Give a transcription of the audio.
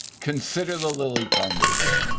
consider the lilly foundation,